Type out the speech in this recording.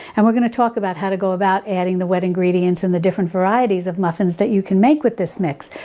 and we're going to talk about how to go about adding the wet ingredients and the different varieties of muffins that you can make with this mix.